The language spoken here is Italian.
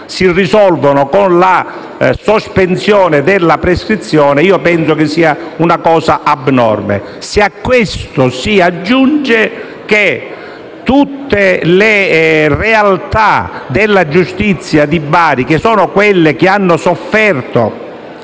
si risolvano con la sospensione della prescrizione, penso che sia abnorme. Se a questo si aggiunge che tutte le realtà della giustizia di Bari, che sono quelle che hanno sofferto